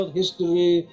history